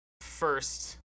first